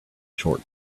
short